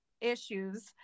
issues